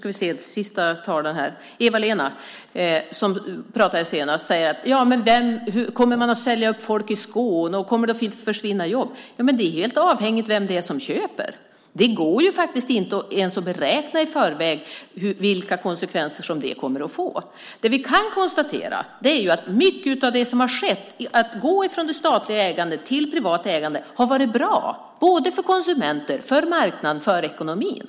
Eva-Lena, som senast pratade här, säger: Kommer man att säga upp folk i Skåne, och kommer det att försvinna jobb? Ja, det är helt avhängigt av vem det är som köper. Det går faktiskt inte att beräkna i förväg vilka konsekvenser det kommer att få. Det vi kan konstatera är att mycket av det som skett när det gäller att gå från statligt ägande till privat ägande har varit bra både för konsumenter och för marknaden och ekonomin.